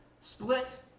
split